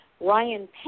Ryan